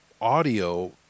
audio